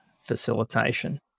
facilitation